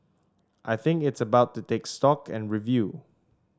I think it's about to take stock and review